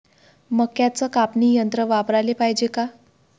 मक्क्याचं कापनी यंत्र वापराले पायजे का?